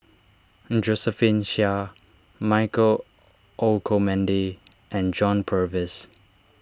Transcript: Josephine Chia Michael Olcomendy and John Purvis